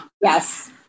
Yes